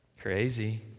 crazy